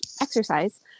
exercise